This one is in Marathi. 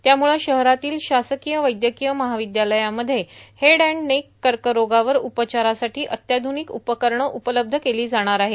त्यामुळं शहरातील शासकीय वैद्यकीय महाविद्यालयामध्ये हेड एण्ड नेक कर्करोगावर उपचारासाठी अत्याधुनिक उपकरणं उपलब्ध केली जाणार आहेत